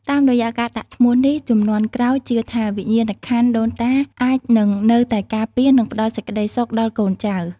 តាមរយៈការដាក់ឈ្មោះនេះ ជំនាន់ក្រោយជឿថា វិញ្ញាណក្ខន្ធដូនតាអាចនឹងនៅតែការពារ និងផ្តល់សេចក្តីសុខដល់កូនចៅ។